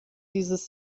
dieses